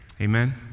Amen